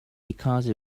because